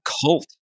cult